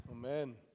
Amen